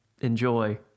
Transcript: enjoy